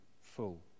full